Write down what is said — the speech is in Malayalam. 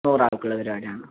നൂറ് ആൾക്കുള്ള പരിപാടി ആണ്